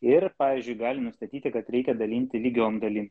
ir pavyzdžiui gali nustatyti kad reikia dalinti lygiom dalim